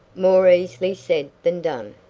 more easily said than done,